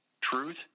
Truth